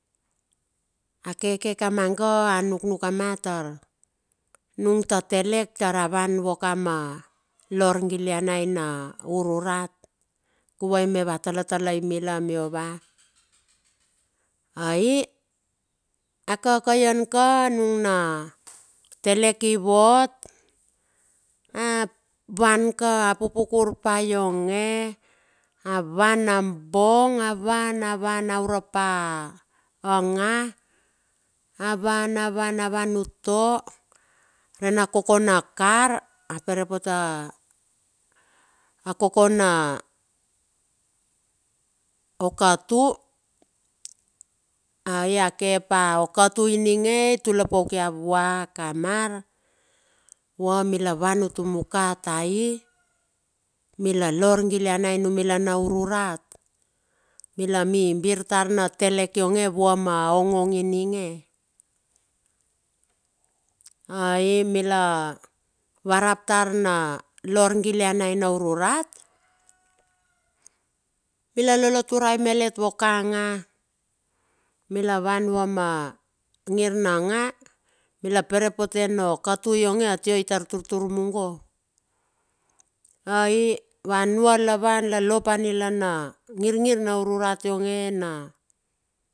A keke kamanga a nuknuk kamanga tar nung ta telek tor a van vuoka ma lorgilianai na urur rat guvai me va talatalai mila miova. Ai a kakaian ka nungna telek ivot a van ka a pupukur paka ionge a van nobong a vanavan a auropa anga, avan avan uto rena kokona kar. A poropote a kokona okatu. Ai a kepa o kotu ininge itulo pauka ia vua kamar. Vuo mila van utumo ka tai. Mila lorgilianai numila na, urur rat mila mibir tar na telek ionge vua ma ongong ininge. Ai mila varap tar na lorgilianai na urur rat. Mila lolo turae malet vuo ka nga. Mila van vuo ma angir na nga. Mila poropote no katu ionge atia itar turtur mugo. Ai vanua lopa nila ngirngir na urur rat ionge.